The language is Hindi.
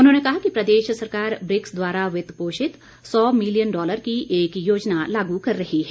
उन्होंने कहा कि प्रदेश सरकार ब्रिक्स द्वारा वित्त पोषित सौ मिलियन डॉलर की एक योजना लागू कर रही है